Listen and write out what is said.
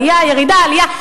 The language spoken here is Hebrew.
עלייה, ירידה, עלייה.